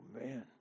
man